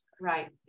Right